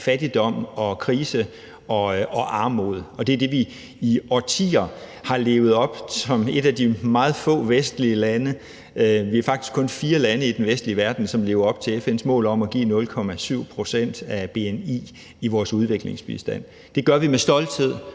fattigdom og krise og armod, og det er det, som vi i årtier som et af de meget få vestlige lande har levet op til. Vi er faktisk kun fire lande i den vestlige verden, som lever op til FN's mål om at give 0,7 pct. af bni til vores udviklingsbistand, og det gør vi med stolthed,